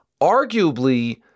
arguably –